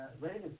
ready